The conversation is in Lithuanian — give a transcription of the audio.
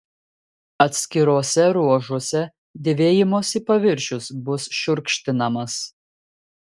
atskiruose ruožuose dėvėjimosi paviršius bus šiurkštinamas